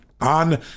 On